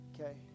Okay